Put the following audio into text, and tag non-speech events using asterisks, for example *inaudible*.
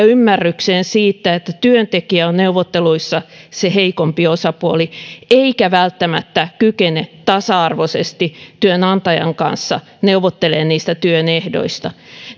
*unintelligible* ymmärrykseen siitä että työntekijä on neuvotteluissa se heikompi osapuoli eikä välttämättä kykene tasa arvoisesti työnantajan kanssa neuvottelemaan niistä työn ehdoista